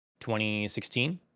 2016